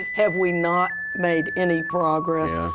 have we not made any progress?